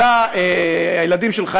הילדים שלך,